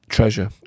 Treasure